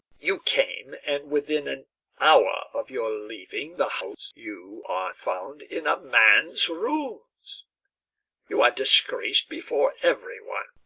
you came, and within an hour of your leaving the house you are found in a man's rooms you are disgraced before every one.